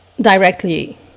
directly